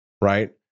right